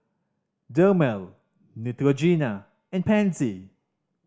Dermale Neutrogena and Pansy